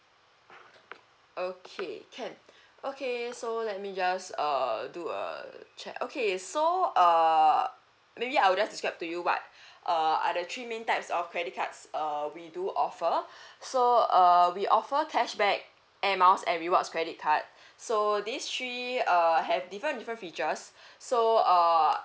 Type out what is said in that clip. okay can okay so let me just uh do a check okay so err maybe I'll just describe to you what err are the three main types of credit cards err we do offer so err we offer cashback airmiles and rewards credit card so these three err have different different features so err